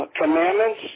commandments